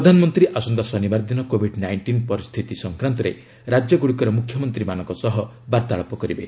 ପ୍ରଧାନମନ୍ତ୍ରୀ ଆସନ୍ତା ଶନିବାର ଦିନ କୋଭିଡ୍ ନାଇଣ୍ଟିନ୍ ପରିସ୍ଥିତି ସଂକ୍ରାନ୍ତରେ ରାଜ୍ୟଗୁଡ଼ିକର ମୁଖ୍ୟମନ୍ତ୍ରୀମାନଙ୍କ ସହ ବାର୍ତ୍ତାଳାପ କରିବେ